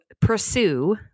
pursue